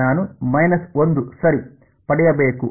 ನಾನು ಮೈನಸ್ 1 ಸರಿ ಪಡೆಯಬೇಕು